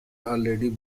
already